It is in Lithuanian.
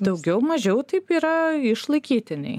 daugiau mažiau taip yra išlaikytiniai